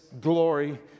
glory